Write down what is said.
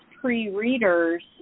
pre-readers